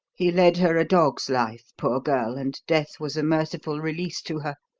he led her a dog's life, poor girl, and death was a merciful release to her.